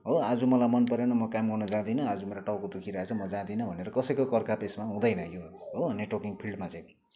हो आज मलाई मन परेन म गर्नु जाँदिनँ आज मेरो टाउको दुखिरहेको छ म जाँदिनँ भनेर कसैको करकाप यसमा हुँदैन यो हो नेटवर्किङ फिल्डमा चाहिँ